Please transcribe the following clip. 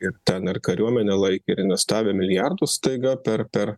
ir ten ar kariuomenę laikė investavę milijardus staiga per per